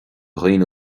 dhaoine